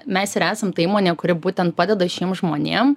mes ir esam ta įmonė kuri būtent padeda šiem žmonėm